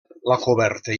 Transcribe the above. coberta